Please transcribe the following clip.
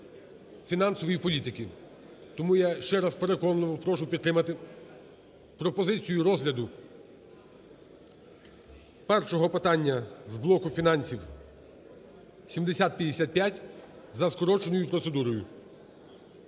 фінансової політики. Тому я ще раз переконливо прошу підтримати пропозицію розгляду першого питання з блоку фінансів 7055 за скороченою процедурою.